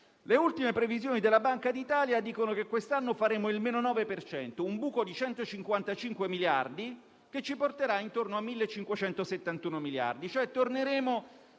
Le ultime previsioni della Banca d'Italia dicono che quest'anno faremo il meno 9 per cento, un buco di 155 miliardi, che ci porterà intorno a 1.571 miliardi, cioè torneremo